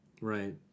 Right